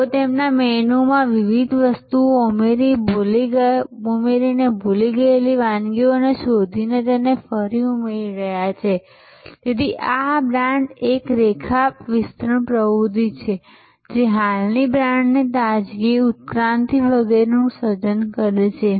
તેઓ તેમના મેનૂમાં વિવિધ વસ્તુઓ ઉમેરીને ભૂલી ગયેલી વાનગીઓ શોધીને તેને ઉમેરી રહ્યા છે તેથી આ એક બ્રાન્ડ માટે રેખા વિસ્તરણ પ્રવૃત્તિ છે જે હાલની બ્રાન્ડની તાજગી ઉત્ક્રાંતિ વગેરેનું સર્જન કરે છે